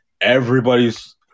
everybody's